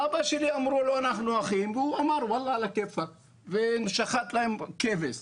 אבא שלי אמרו לו 'אנחנו אחים' והוא אמר 'וואלה על הכיפאק' ושחט להם כבש.